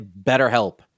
BetterHelp